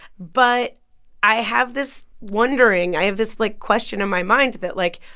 but i have this wondering i have this, like, question in my mind that, like,